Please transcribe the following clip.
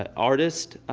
ah artist.